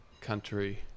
country